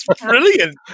brilliant